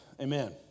Amen